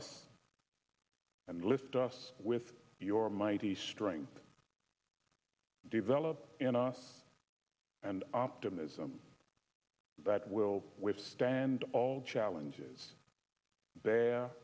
us and lift us with your mighty strength develop in us and optimism that will withstand all challenges bear